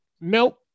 nope